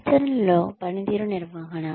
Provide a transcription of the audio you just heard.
ఆచరణలో పనితీరు నిర్వహణ